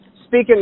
speaking